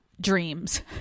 dreams